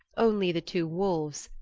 only the two wolves,